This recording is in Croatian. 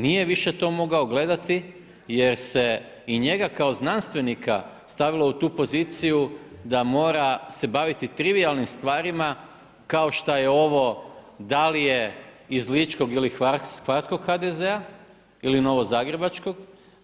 Nije više to mogao gledati, jer se i njega kao znanstvenika stavio u tu poziciju da se mora baviti trivijalnim stvarima, kao što je ovo, da li je iz ličkog ili hvarskog HDZ-a ili novo zagrebačkog,